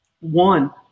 one